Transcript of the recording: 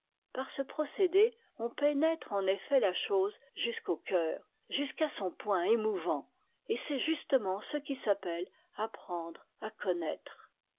par ce procédé on pénètre en effet la chose jusqu'au cœur jusqu'à son point émouvant et c'est justement ce qui s'appelle apprendre à connaître